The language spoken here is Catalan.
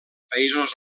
països